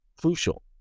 crucial